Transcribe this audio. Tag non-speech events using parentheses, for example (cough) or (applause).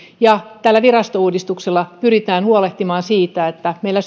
tällä virastouudistuksella pyritään huolehtimaan siitä että meillä (unintelligible)